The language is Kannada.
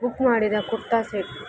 ಬುಕ್ ಮಾಡಿದ ಕುರ್ತಾ ಸೆಟ್